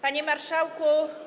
Panie Marszałku!